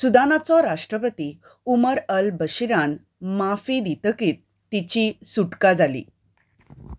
सुदानाचो राष्ट्रपती Omar al बशिरान माफी दितकच तिची सुटका जाली